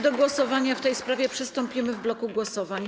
Do głosowania w tej sprawie przystąpimy w bloku głosowań.